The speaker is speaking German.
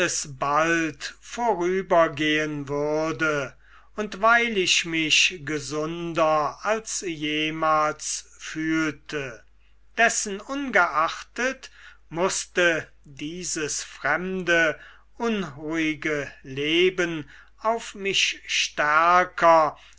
bald vorübergehen würde und weil ich mich gesunder als jemals fühlte dessenungeachtet mußte dieses fremde unruhige leben auf mich stärker